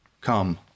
Come